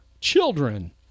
children